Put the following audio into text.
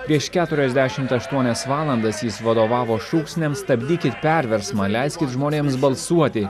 prieš keturiasdešim aštuonias valandas jis vadovavo šūksniams stabdykit perversmą leiskit žmonėms balsuoti